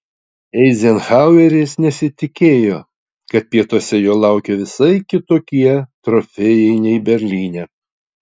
eizenhaueris nesitikėjo kad pietuose jo laukia visai kitokie trofėjai nei berlyne